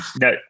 No